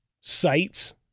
sites